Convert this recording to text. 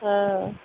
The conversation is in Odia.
ହଁ ହଁ